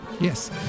Yes